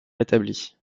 rétablie